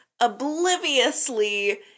obliviously